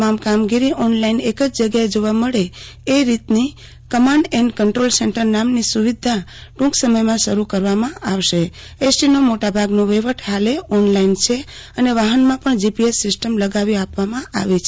તમામ કામગીરી ઓનલાઇન એક જ જગ્યાએ જોવા મળે એ રીતે કમાન્ડ એન્ડ કંટ્રોલ સેન્ટરના ટ્રંક સમયમાં શરૂ કરવામાં આવશે એસ ટી નો મોટા ભાગનો વહીવટ હવે ઓનલાઇન છે અને વાહનમાં પણ જીપીએસ સિસ્ટમ લગાવી આપવામાં આવે છે